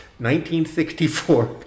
1964